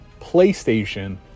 PlayStation